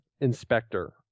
inspector